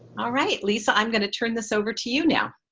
all right lisa, i'm gonna turn this over to you now.